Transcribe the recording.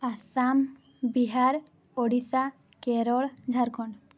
Assam Bihar Odisha Kerala Jharkhand